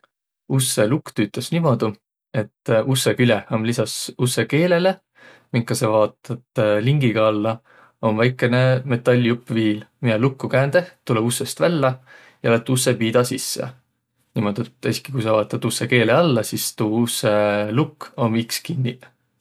Ussõ lukk tüütäs niimuudu, et ussõ kül'eh om lisas ussõ keelele, minka saq vaotat lingiga alla, om väikene metall jupp viil miä lukku käändeh tulõ ussõst vällä ja lätt ussõpiida sisse. Niimuudu, et esikiq ku saq vaotat ussõ keele alla sis tuu ussõ lukk om iks kinniq.